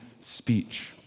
speech